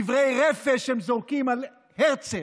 דברי רפש הם זורקים על הרצל,